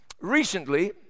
Recently